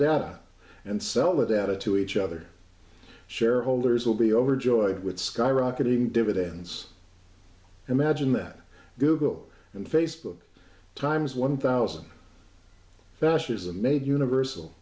data and sell it at a to each other shareholders will be overjoyed with skyrocketing dividends imagine that google and facebook times one thousand fascism made universal